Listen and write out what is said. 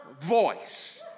voice